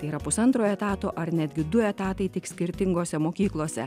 tai yra pusantro etato ar netgi du etatai tik skirtingose mokyklose